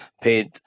paid